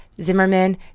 Zimmerman